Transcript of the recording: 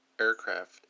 aircraft